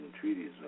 treaties